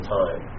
time